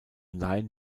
laien